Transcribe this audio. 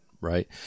right